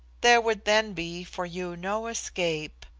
there would then be for you no escape.